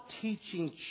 teaching